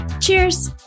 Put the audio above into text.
Cheers